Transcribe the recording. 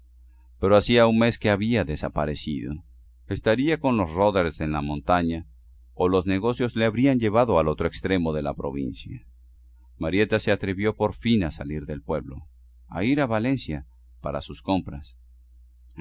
pero hacía un mes que había desaparecido estaría con los roders en la montaña o los negocios le habrían llevado al otro extremo de la provincia marieta se atrevió por fin a salir del pueblo a ir a valencia para sus compras